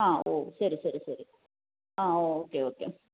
ആ ഓ ശരി ശരി ശരി ആ ഒ ഓക്കെ ഓക്കെ